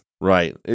Right